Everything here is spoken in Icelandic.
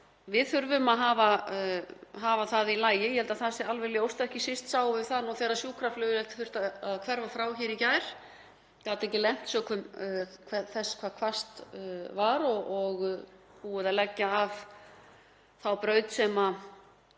við þurfum að hafa það í lagi, ég held að það sé alveg ljóst, ekki síst sáum við það nú þegar sjúkraflugvél þurfti að hverfa frá í gær, gat ekki lent sökum þess hve hvasst var og búið að leggja af þá braut sem